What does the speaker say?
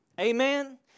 Amen